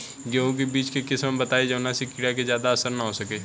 गेहूं के बीज के किस्म बताई जवना पर कीड़ा के ज्यादा असर न हो सके?